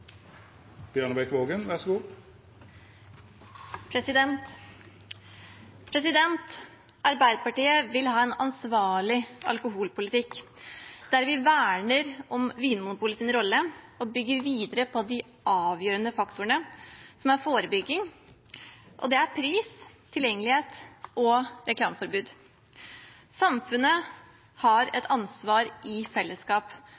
Arbeiderpartiet vil ha en ansvarlig alkoholpolitikk der vi verner om Vinmonopolets rolle og bygger videre på de avgjørende faktorene, som er forebygging, pris, tilgjengelighet og reklameforbud. Samfunnet har et ansvar for i fellesskap